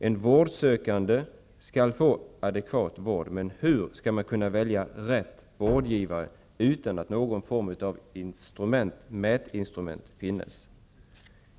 En vårdsökande skall få adekvat vård, men hur skall man kunna välja rätt vårdgivare om inte någon form av mätinstrument finns?